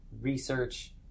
research